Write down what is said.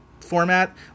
format